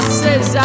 says